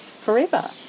forever